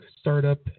Startup